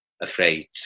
afraid